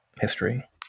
history